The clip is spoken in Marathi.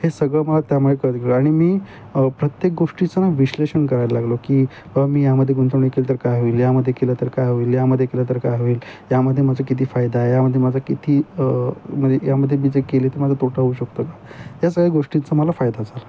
हे सगळं मला त्यामुळे कळत गेलो आणि मी प्रत्येक गोष्टीचं ना विश्लेषण करायला लागलो की बा मी यामध्ये गुंतवणूक केलं तर काय होईल यामध्ये केलं तर काय होईल यामध्ये केलं तर काय होईल यामध्ये माझा किती फायदा आहे यामध्ये माझा किती म्हणजे यामध्ये मी जे केले तर माझा तोटा होऊ शकतं का या सगळ्या गोष्टींचा मला फायदा झाला